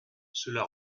cela